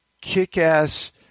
kick-ass